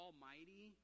Almighty